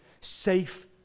safe